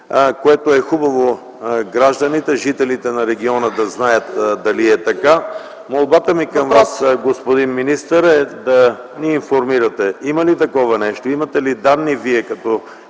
което е хубаво гражданите, жителите на региона да знаят дали е така. Молбата ми към Вас, господин министър, е да ни информирате има ли такова нещо, имате ли данни Вие, като